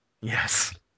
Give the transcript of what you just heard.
Yes